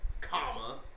comma